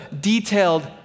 detailed